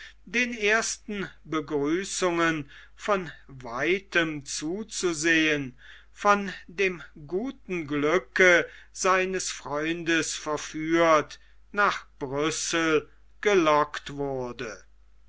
den ersten begrüßungen von weitem zuzusehen von dem guten glücke seines freundes verführt nach brüssel gelockt wurde